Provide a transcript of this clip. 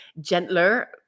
gentler